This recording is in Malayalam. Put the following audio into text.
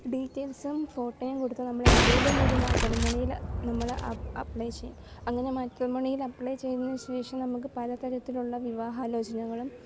ഡീറ്റൈൽസും ഫോട്ടോയും കൊടുത്ത് നമ്മൾ ഏതെങ്കിലും ഒരു മാട്രിമോണിയിൽ നമ്മൾ അപ്ലൈ ചെയ്യും അങ്ങനെ മാട്രിമോണിയിൽ അപ്ലൈ ചെയ്തതിന് ശേഷം നമുക്ക് പല തരത്തിലുള്ള വിവാഹ ആലോചനകളും